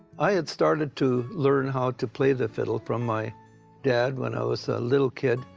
i had started to learn how to play the fiddle from my dad when i was a little kid.